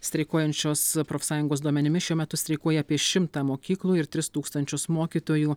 streikuojančios profsąjungos duomenimis šiuo metu streikuoja apie šimtą mokyklų ir tris tūkstančius mokytojų